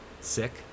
sick